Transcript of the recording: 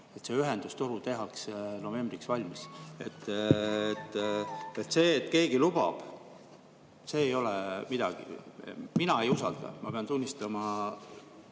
et see ühendustoru tehakse novembriks valmis. See, et keegi lubab, ei ole midagi. Mina ei usalda, tuleb tunnistada.